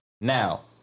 Now